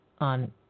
on